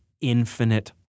infinite